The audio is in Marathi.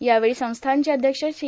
यावेळी संस्थानचे अध्यक्ष श्री